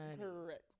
Correct